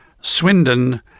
Swindon